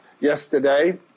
yesterday